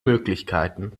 möglichkeiten